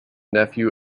nephew